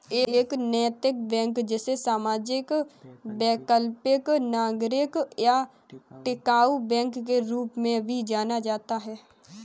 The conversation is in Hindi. एक नैतिक बैंक जिसे सामाजिक वैकल्पिक नागरिक या टिकाऊ बैंक के रूप में भी जाना जाता है